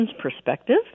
perspective